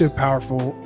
ah powerful.